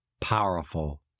powerful